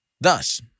Thus